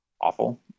awful